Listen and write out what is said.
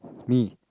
me